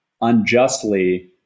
unjustly